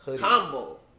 Combo